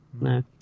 no